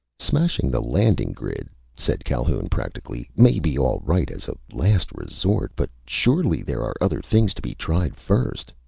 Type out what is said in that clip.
smashing the landing grid, said calhoun practically, may be all right as a last resort. but surely there are other things to be tried first!